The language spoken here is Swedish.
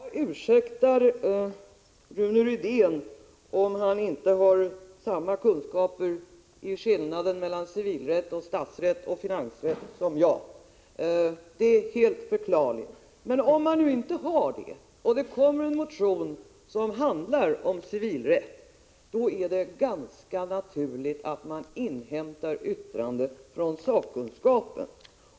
Herr talman! Jag ursäktar Rune Rydén om han inte har samma kunskaper som jag om skillnaden mellan civilrätt, statsrätt och finansrätt. Det är helt förklarligt. Men om man inte har det, och det kommer en motion som handlar om civilrätt, då är det ganska naturligt att man inhämtar yttrande från sakkunskapen.